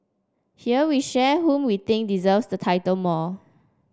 here we share whom we think deserves the title more